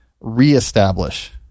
reestablish